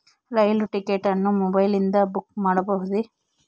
ರೈಲು ticket ಅನ್ನು ಮೊಬೈಲಿಂದ book ಮಾಡಬಹುದೆ?